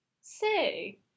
say